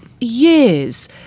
years